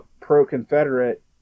pro-Confederate